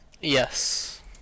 Yes